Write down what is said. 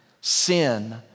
sin